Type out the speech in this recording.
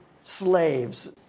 slaves